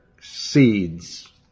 seeds